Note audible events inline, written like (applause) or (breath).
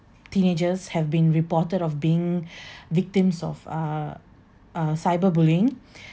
teenagers have been reported of being (breath) victims of uh uh cyberbullying